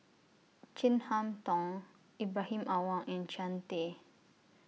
Chin Harn Tong Ibrahim Awang and Jean Tay